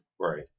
Right